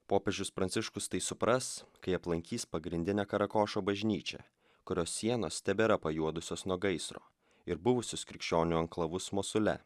popiežius pranciškus tai supras kai aplankys pagrindinę karakošo bažnyčią kurios sienos tebėra pajuodusios nuo gaisro ir buvusius krikščionių anklavus mosule